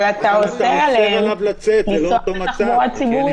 אבל אתה אוסר עליהם לנסוע בתחבורה ציבורית.